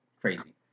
Crazy